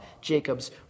Jacob's